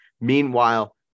Meanwhile